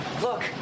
Look